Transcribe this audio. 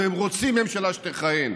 והם רוצים ממשלה שתכהן,